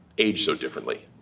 age so differently.